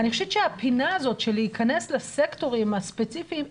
אני חושבת שהפינה הזאת של להיכנס לסקטורים הספציפיים,